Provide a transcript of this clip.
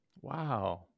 Wow